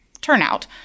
turnout